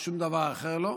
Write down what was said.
ושום דבר אחר לא?